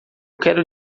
quero